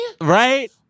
Right